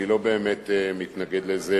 אני לא באמת מתנגד לזה,